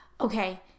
okay